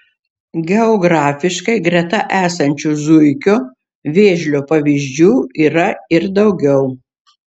geografiškai greta esančių zuikio vėžlio pavyzdžių yra ir daugiau